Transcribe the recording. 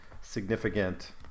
significant